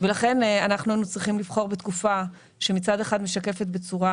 לכן היינו צריכים לבחור בתקופה שמצד אחד משקפת בצורה